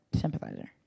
sympathizer